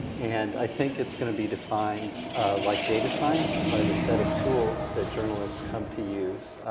and i think it's gonna be defined like data science, by the set of tools that journalists come to use.